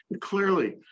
clearly